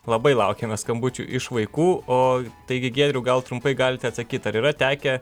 labai laukiame skambučių iš vaikų o taigi giedriau gal trumpai galite atsakyti ar yra tekę